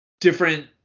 different